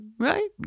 Right